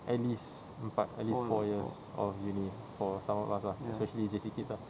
at least empat at least four years of uni for some of us ah especially J_C kids ah